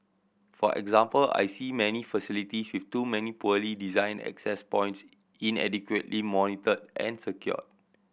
for example I see many facilities with too many poorly designed access points inadequately monitored and secured